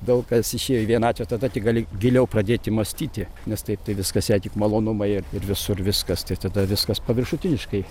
daug kas išėjo į vienatvę tada gali giliau pradėti mąstyti nes taip tai viskas jei tik malonumai ir ir visur viskas tai tada viskas paviršutiniškai